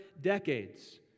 decades